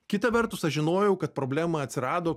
kita vertus aš žinojau kad problema atsirado